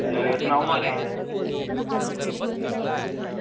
अ सनाओ म्हाराज